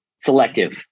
selective